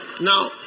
Now